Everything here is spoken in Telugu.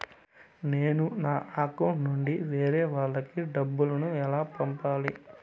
నేను నా అకౌంట్ నుండి వేరే వాళ్ళకి డబ్బును ఎలా పంపాలి?